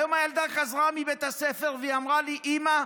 היום הילדה חזרה מבית הספר, והיא אמרה לי, אימא,